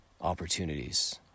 opportunities